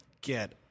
get